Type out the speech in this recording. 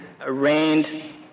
arraigned